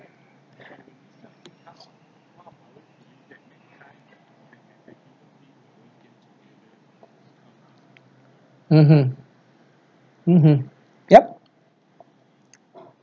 mmhmm mmhmm yup